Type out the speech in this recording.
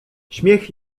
śmiech